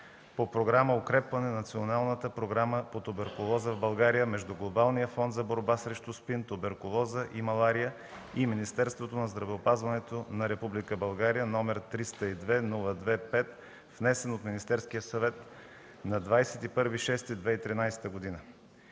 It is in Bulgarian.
по Програма „Укрепване на националната програма по туберкулоза в България” между Глобалния фонд за борба срещу СПИН, туберкулоза и малария и Министерството на здравеопазването на Република България, № 302-02-5, внесен от Министерския съвет на 21 юни 2013 г.